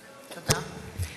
תודה.